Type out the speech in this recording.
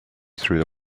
through